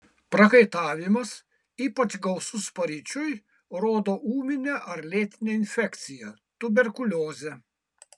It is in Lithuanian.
prakaitavimas ypač gausus paryčiui rodo ūminę ar lėtinę infekciją tuberkuliozę